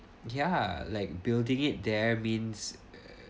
ya like building it there means